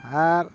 ᱟᱨ